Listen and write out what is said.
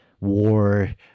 war